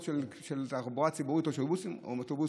של התחבורה הציבורית או של אוטובוסים,